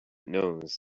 knows